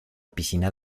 piscina